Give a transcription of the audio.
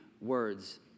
words